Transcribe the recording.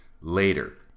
later